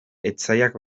etsaiak